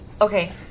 Okay